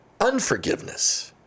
unforgiveness